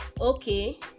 Okay